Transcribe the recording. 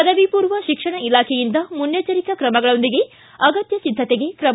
ಪದವಿ ಪೂರ್ವ ಶಿಕ್ಷಣ ಇಲಾಖೆಯಿಂದ ಮುನ್ನೆಚ್ಚರಿಕಾ ಕ್ರಮಗಳೊಂದಿಗೆ ಅಗತ್ಯ ಸಿದ್ದತೆಗೆ ಕ್ರಮ